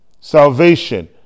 Salvation